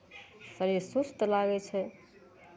शरीर सुस्त लागै छै